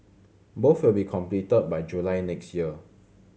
both will be completed by July next year